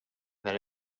that